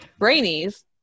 Brainies